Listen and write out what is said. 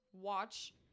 watch